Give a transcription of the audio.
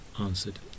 answered